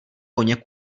koně